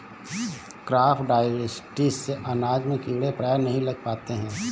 crop diversity से अनाज में कीड़े प्रायः नहीं लग पाते हैं